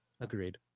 Agreed